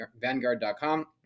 vanguard.com